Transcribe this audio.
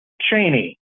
Cheney